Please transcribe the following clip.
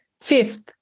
Fifth